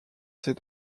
ces